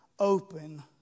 Open